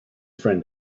friend